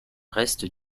reste